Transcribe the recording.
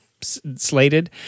Slated